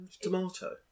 Tomato